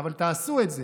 אבל תעשו את זה.